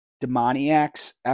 demoniacs